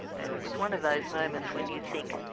and it was one of those moments when you think,